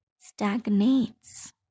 stagnates